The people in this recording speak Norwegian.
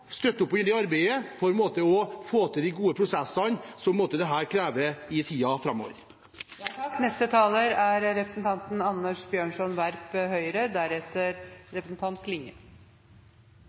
støtte opp under arbeidet for å få til de gode prosessene som dette måtte kreve i tiden framover. Takk